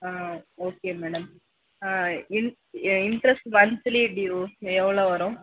okay madam in interest monthly due எவ்வளோ வரும்